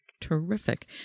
Terrific